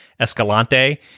Escalante